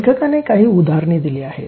लेखकाने काही उदाहरणे दिली आहेत